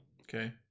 okay